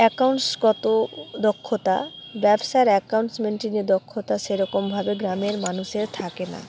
accounts গত দক্ষতা ব্যবসার অ্যাকাউন্টস মেনটেনের দক্ষতা সেরকমভাবে গ্রামের মানুষের থাকে না